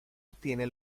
obtiene